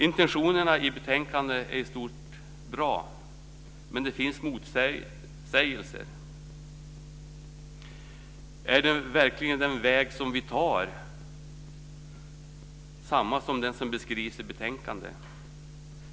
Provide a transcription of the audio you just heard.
Intentionerna i betänkandet är i stort bra, men det finns motsägelser. Är det verkligen den väg vi tar som är den som beskrivs i betänkandet?